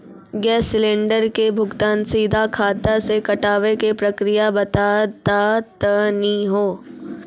Gas cylinder के भुगतान सीधा खाता से कटावे के प्रक्रिया बता दा तनी हो?